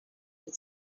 had